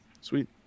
Sweet